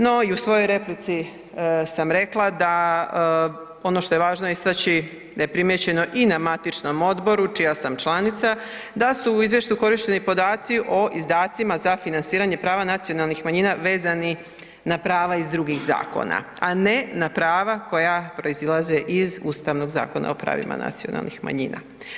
No, i u svojoj replici sam rekla da ono što je važno istaći, da je primijećeno i na matičnom odboru, čija sam članica, da su u izvještaju korišteni podaci o izdacima sa financiranje prava nacionalnih manjina vezani na prava iz drugih zakona a ne na prava koja proizilaze iz Ustavnog zakona o pravima nacionalnih manjina.